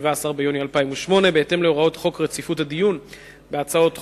17 ביוני 2008. בהתאם להוראות חוק רציפות הדיון בהצעות חוק,